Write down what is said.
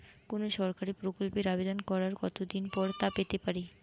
কোনো সরকারি প্রকল্পের আবেদন করার কত দিন পর তা পেতে পারি?